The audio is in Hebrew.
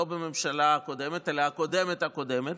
לא בממשלה הקודמת אלא הקודמת הקודמת,